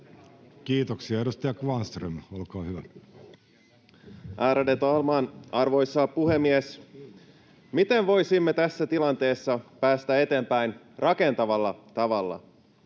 Time: 15:31 Content: Ärade talman, arvoisa puhemies! Miten voisimme tässä tilanteessa päästä eteenpäin rakentavalla tavalla?